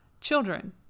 children